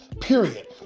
period